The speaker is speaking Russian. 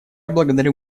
благодарю